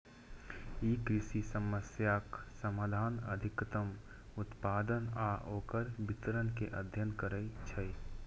ई कृषि समस्याक समाधान, अधिकतम उत्पादन आ ओकर वितरण के अध्ययन करै छै